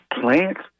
plants